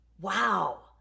Wow